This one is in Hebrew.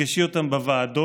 תפגשי אותם בוועדות,